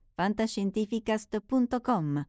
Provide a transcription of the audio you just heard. fantascientificast.com